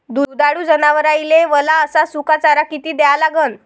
दुधाळू जनावराइले वला अस सुका चारा किती द्या लागन?